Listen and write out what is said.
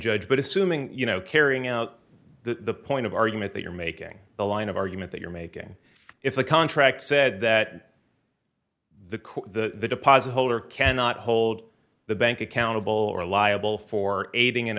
judge but assuming you know carrying out the point of argument that you're making the line of argument that you're making if the contract said that the the deposit holder cannot hold the bank accountable or liable for aiding and